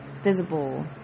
visible